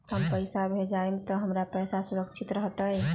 हम पैसा भेजबई तो हमर पैसा सुरक्षित रहतई?